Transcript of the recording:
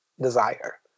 desire